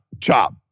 chop